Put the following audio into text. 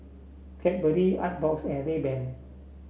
Cadbury Artbox and Rayban